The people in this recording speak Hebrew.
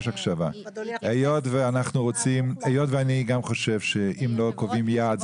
היות וגם אני חושב שאם לא קובעים יעד,